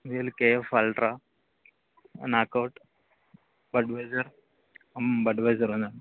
వీలు KF ultra knockout Budweiser Budweiser ఉందండి